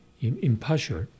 impartial